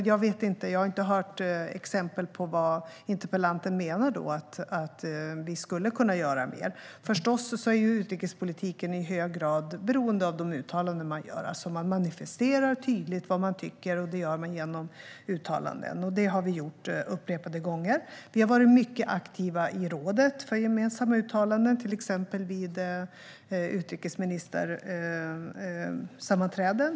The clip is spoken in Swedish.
Jag har inte hört exempel på vad interpellanten menar att vi skulle kunna göra mer. Utrikespolitiken är förstås i hög grad beroende av de uttalanden man gör. Man manifesterar tydligt vad man tycker, och det gör man genom uttalanden. Det har vi gjort upprepade gånger. Vi har varit mycket aktiva i rådet för gemensamma uttalanden, till exempel vid utrikesministersammanträden.